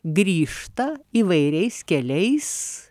grįžta įvairiais keliais